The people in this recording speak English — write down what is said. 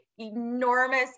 enormous